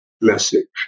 message